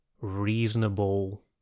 reasonable